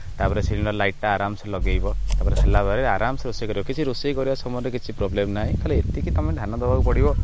ତା'ପରେ ସିଲିଣ୍ଡର୍ ଲାଇଟର୍ଟା ଆରାମସେ ଲଗାଇବ ତା'ପରେ ହେଲାପରେ ଆରାମ୍ସେ ରୋଷେଇ କରିବ କିଛି ରୋଷେଇ କରିବା ସମୟରେ କିଛି ପ୍ରୋବ୍ଲେମ୍ ନାହିଁ ଖାଲି ଏତିକି ତୁମେ ଧ୍ୟାନ ଦେବାକୁ ପଡ଼ିବ